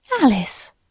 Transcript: Alice